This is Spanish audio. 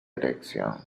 dirección